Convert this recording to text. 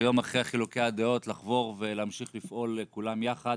ויום אחרי חילוקי הדעות לחבור ולהמשיך לפעול כולם יחד